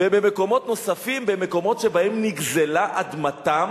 ובמקומות נוספים, במקומות שבהם נגזלה אדמתם?